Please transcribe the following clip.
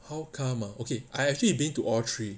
how come okay I've actually been to all three